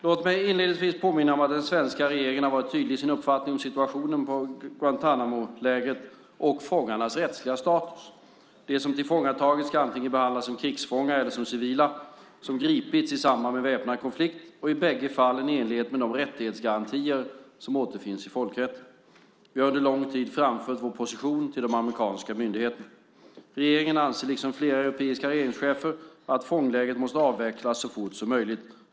Låt mig inledningsvis påminna om att den svenska regeringen har varit tydlig i sin uppfattning om situationen i Guantánamolägret och fångarnas rättsliga status: De som tillfångatagits ska antingen behandlas som krigsfångar eller som civila som gripits i samband med en väpnad konflikt och i bägge fallen i enlighet med de rättighetsgarantier som återfinns i folkrätten. Vi har under lång tid framfört vår position till de amerikanska myndigheterna. Regeringen anser liksom flera europeiska regeringschefer att fånglägret måste avvecklas så fort som möjligt.